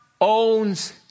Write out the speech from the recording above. owns